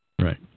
Right